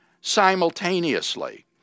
simultaneously